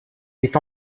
est